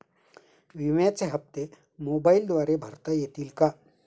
विम्याचे हप्ते मोबाइलद्वारे भरता येतील का?